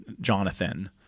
Jonathan